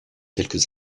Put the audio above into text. quelques